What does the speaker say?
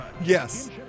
Yes